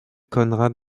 conrad